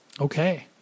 Okay